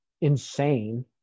insane